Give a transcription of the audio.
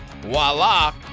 voila